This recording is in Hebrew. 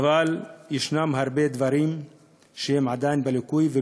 יש הרבה דברים שהם עדיין לקויים,